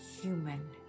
human